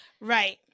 right